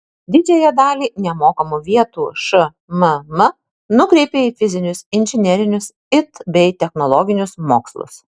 didžiąją dalį nemokamų vietų šmm nukreipė į fizinius inžinerinius it bei technologinius mokslus